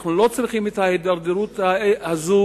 אנו לא צריכים את ההידרדרות הזאת,